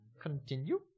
Continue